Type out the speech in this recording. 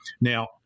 Now